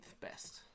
best